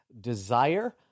desire